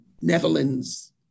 Netherlands